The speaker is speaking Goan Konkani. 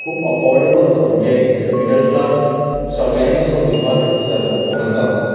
खूब अफोर्डेबल असो म्हणजे एस अ मिडल क्लास सगळ्यांनी असो घेवपा सारको फोन आसा हो